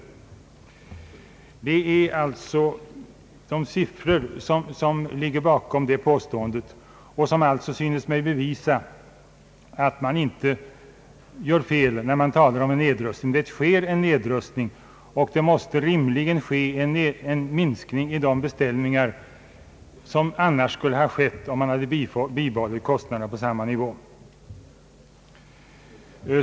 Det är alltså dessa siffror som ligger bakom påståendet och som synes mig bevisa att man inte har fel när man talar om en nedrustning. Det sker en nedrustning, och det måste då rimligen ske en minskning i de beställningar som skulle ha kommit till stånd om man bibehållit kostnaderna på tidigare nivå.